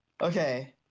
Okay